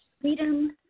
Freedom